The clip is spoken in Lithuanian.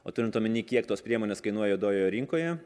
o turint omeny kiek tos priemonės kainuoja juodojoje rinkoje